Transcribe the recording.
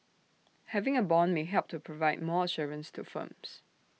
having A Bond may help to provide more assurance to firms